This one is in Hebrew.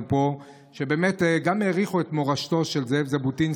פה שהעריכו את מורשתו של זאב ז'בוטינסקי: